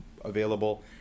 available